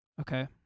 Okay